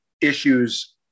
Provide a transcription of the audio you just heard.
issues